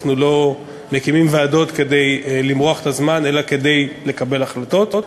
אנחנו לא מקימים ועדות כדי למרוח את הזמן אלא כדי לקבל החלטות.